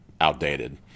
outdated